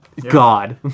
God